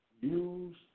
Use